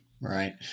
Right